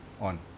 on